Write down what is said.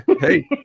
hey